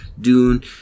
Dune